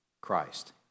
Christ